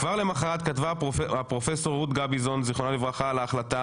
כבר למוחרת כתבה הפרופ' רות גביזון זיכרונה לברכה על ההחלטה